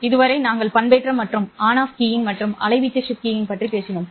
இதுவரை நாங்கள் பண்பேற்றம் மற்றும் ஆன் ஆஃப் கீயிங் மற்றும் அலைவீச்சு ஷிப்ட் கீயிங் பற்றி பேசினோம்